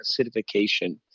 acidification